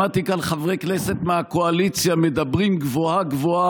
שמעתי כאן חברי כנסת מהקואליציה מדברים גבוהה-גבוהה